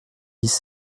dix